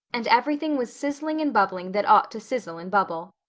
and everything was sizzling and bubbling that ought to sizzle and bubble.